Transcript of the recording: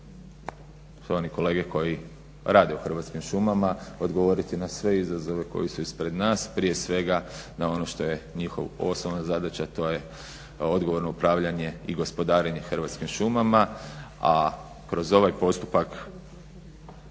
Hrvatskim šumama odgovoriti na sve izazove koji su ispred nas. Prije svega na ono što je njihova osnovna zadaća a to je odgovorno upravljanje i gospodarenje Hrvatskim šumama. A kroz ova postupak